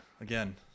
again